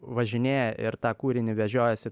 važinėja ir tą kūrinį vežiojasi